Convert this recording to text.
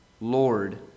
Lord